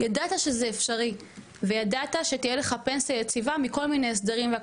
ידעת שזה אפשרי וידעת שתהיה לך פנסיה יציבה מכל מיני הסדרים.